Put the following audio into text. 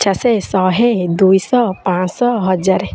ପଚାଶ ଶହେ ଦୁଇଶହ ପାଞ୍ଚଶହ ହଜାର